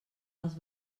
els